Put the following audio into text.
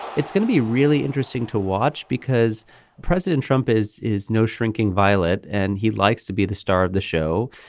it's going to be really interesting to watch because president trump is is no shrinking violet and he likes to be the star of the show.